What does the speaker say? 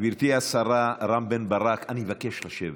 גברתי השרה, רם בן-ברק, אני מבקש לשבת.